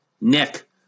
Nick